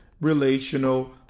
relational